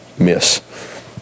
miss